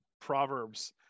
Proverbs